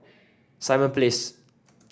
Simon Place